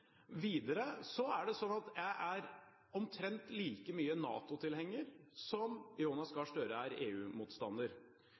Videre er det slik at jeg er omtrent like mye NATO-tilhenger som Jonas